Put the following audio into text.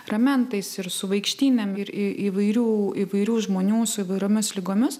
ramentais ir su vaikštynėm ir į įvairių įvairių žmonių su įvairiomis ligomis